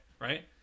right